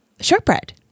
shortbread